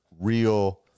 real